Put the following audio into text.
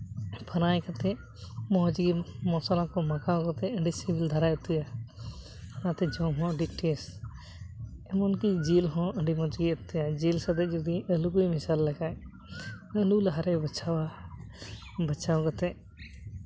ᱯᱷᱟᱨᱟᱭ ᱠᱟᱛᱮᱫ ᱢᱚᱡᱽ ᱜᱮ ᱢᱚᱥᱞᱟ ᱠᱚ ᱢᱟᱠᱷᱟᱣ ᱠᱟᱛᱮᱫ ᱟᱹᱰᱤ ᱥᱤᱵᱤᱞ ᱫᱷᱟᱨᱟᱭ ᱩᱛᱩᱭᱟ ᱚᱱᱟᱛᱮ ᱡᱚᱢ ᱦᱚᱸ ᱟᱹᱰᱤ ᱴᱮᱥᱴ ᱮᱢᱚᱱᱠᱤ ᱡᱤᱞ ᱦᱚᱸ ᱟᱹᱰᱤ ᱢᱚᱡᱽ ᱜᱮ ᱩᱛᱩᱭᱟᱭ ᱡᱤᱞ ᱥᱟᱛᱮᱜ ᱡᱩᱫᱤ ᱟᱹᱞᱩ ᱠᱚᱭ ᱢᱮᱥᱟᱞ ᱞᱮᱠᱷᱟᱱ ᱟᱹᱞᱩ ᱞᱟᱦᱟᱨᱮᱭ ᱵᱟᱪᱷᱟᱣᱟ ᱵᱟᱪᱷᱟᱣ ᱠᱟᱛᱮᱫ